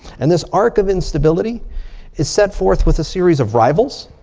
and this arc of instability is set forth with a series of rivals.